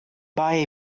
buy